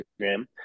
instagram